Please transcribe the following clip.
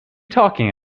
talking